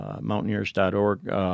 Mountaineers.org